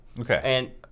Okay